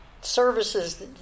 services